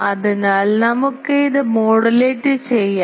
അതിനാൽ നമുക്ക് ഇത് മോഡുലേറ്റ് ചെയ്യാം